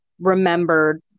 remembered